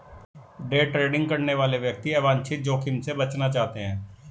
day trading करने वाले व्यक्ति अवांछित जोखिम से बचना चाहते हैं